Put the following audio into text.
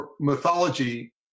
mythology